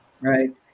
right